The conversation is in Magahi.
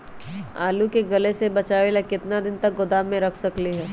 आलू के गले से बचाबे ला कितना दिन तक गोदाम में रख सकली ह?